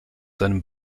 seinem